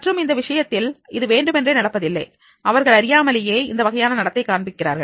மற்றும் இந்த விஷயத்தில் இது வேண்டுமென்றே நடப்பதில்லை அவர்கள் அறியாமலேயே இந்த வகையான நடத்தை காண்பிக்கிறார்கள்